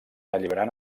alliberant